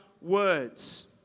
words